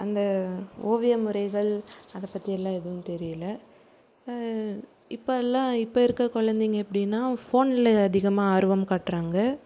அந்த ஓவிய முறைகள் அதை பற்றி எல்லாம் எதுவும் தெரியல இப்போ எல்லாம் இப்போது இருக்கற குழந்தைங்க எப்படின்னா ஃபோனில் அதிகமாக ஆர்வம் காட்டுகிறாங்க